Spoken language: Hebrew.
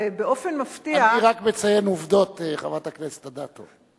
אני רק מציין עובדות, חברת הכנסת אדטו.